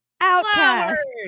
Outcast